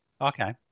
Okay